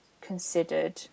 considered